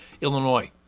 Illinois